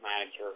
manager